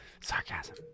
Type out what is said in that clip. Sarcasm